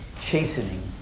chastening